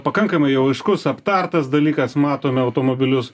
pakankamai jau aiškus aptartas dalykas matome automobilius